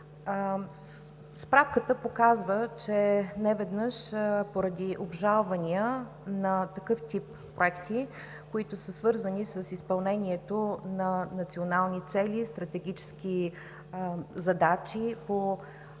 Справката показва, че неведнъж поради обжалвания на такъв тип проекти, които са свързани с изпълнението на национални цели и стратегически задачи по